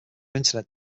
internet